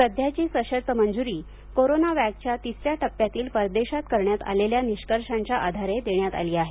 सध्याची सशर्त मंजुरी कोरोनावॅकच्या तिसऱ्या टप्प्यातील परदेशात करण्यात आलेल्या निष्कर्षांच्या आधारे देण्यात आली आहे